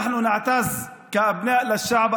אנחנו גאים,